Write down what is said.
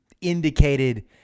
indicated